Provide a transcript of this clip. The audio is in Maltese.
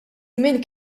żmien